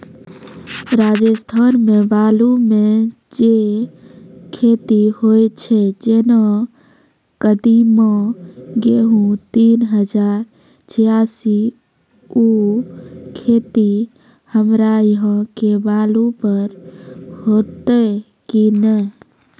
राजस्थान मे बालू मे जे खेती होय छै जेना कदीमा, गेहूँ तीन हजार छियासी, उ खेती हमरा यहाँ के बालू पर होते की नैय?